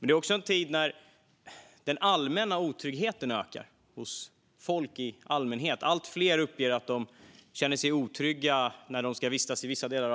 Det är också en tid när otryggheten ökar hos folk i allmänhet. Allt fler uppger att de känner sig otrygga när de vistas i vissa delar